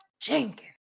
Jenkins